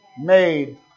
made